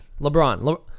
LeBron